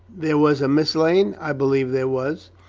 there was a miss lane. i believe there was.